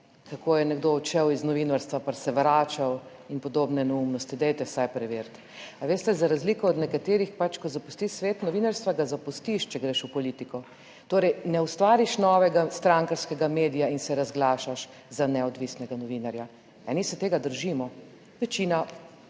kako je nekdo odšel iz novinarstva pa se vračal in podobne neumnosti, dajte vsaj preveriti. A veste, za razliko od nekaterih, pač, ko zapustiš svet novinarstva, ga zapustiš, če greš v politiko. Torej ne ustvariš novega strankarskega medija in se razglašaš za neodvisnega novinarja. Eni se tega držimo, večina